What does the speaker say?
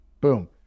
boom